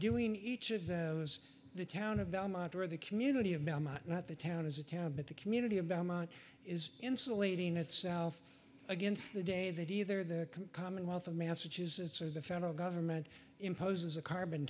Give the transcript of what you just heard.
doing each of those the town of bellemont or the community of not the town is a town but the community about mt is insulating itself against the day that either the commonwealth of massachusetts or the federal government imposes a carbon